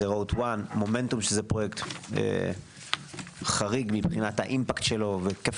מומנטום שזה פרויקט חריג מבחינת האימפקט שלו והיקף